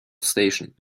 station